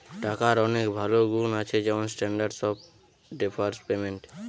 টাকার অনেক ভালো গুন্ আছে যেমন স্ট্যান্ডার্ড অফ ডেফার্ড পেমেন্ট